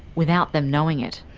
without them knowing it.